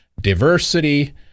diversity